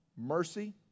mercy